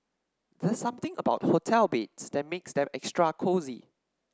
there's something about hotel beds that makes them extra cosy